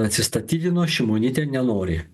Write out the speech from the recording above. atsistatydino šimonytė nenori